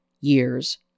years